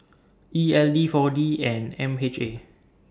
E L D four D and M H A